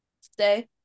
Stay